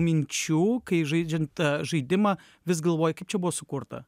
minčių kai žaidžiant žaidimą vis galvoji kaip čia buvo sukurta